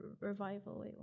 revival